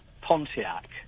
pontiac